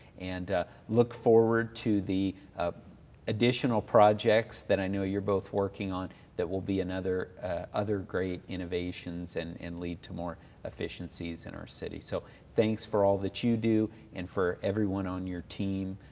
and look forward to the additional projects that i know you're both working on that will be and other other great innovations and and lead to more efficiencies in our city. so thanks for all that you do, and for everyone on your team,